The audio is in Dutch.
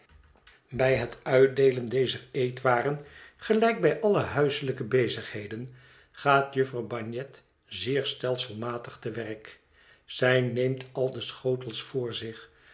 bij het uitdeelen dezer eetwaren gelijk bij alle huiselijke bezigheden gaat jufvrouw bagnet zeer stelselmatig te werk zij neemt al de schotels voor zich